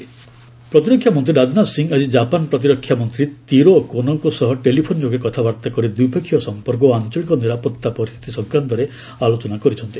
Rajnath Japan ପ୍ରତିରକ୍ଷା ମନ୍ତ୍ରୀ ରାଜନାଥ ସିଂହ ଆଜି ଜାପାନ୍ ପ୍ରତିରକ୍ଷା ମନ୍ତ୍ରୀ ତୀରୋ କୋନୋଙ୍କ ସହ ଟେଲିଫୋନ୍ ଯୋଗେ କଥାବାର୍ତ୍ତା କରି ଦ୍ୱିପକ୍ଷିୟ ସମ୍ପର୍କ ଓ ଆଞ୍ଚଳିକ ନିରାପତ୍ତା ପରିସ୍ଥିତି ସଂକ୍ରାନ୍ତରେ ଆଲୋଚନା କରିଛନ୍ତି